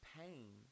pain